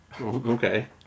Okay